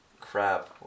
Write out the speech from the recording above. Crap